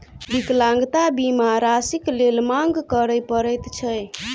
विकलांगता बीमा राशिक लेल मांग करय पड़ैत छै